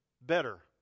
better